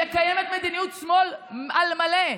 והיא מקיימת מדיניות שמאל על מלא.